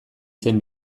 zen